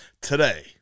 today